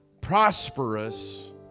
prosperous